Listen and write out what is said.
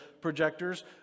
projectors